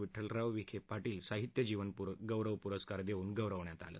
विड्ठलराव विखे पाटील साहित्य जीवन गौरव पुरस्कार देऊन गौरवण्यात आलं